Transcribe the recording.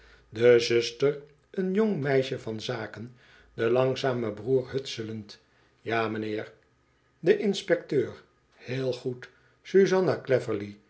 de zuster een jong meisje van zaken den langzamen broer hutselend ja m'nheer de inspecteur heel goed